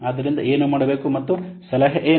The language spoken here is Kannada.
ಆದ್ದರಿಂದ ಏನು ಮಾಡಬೇಕು ಮತ್ತು ಸಲಹೆ ಏನು